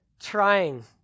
trying